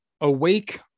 Awake